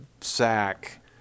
sack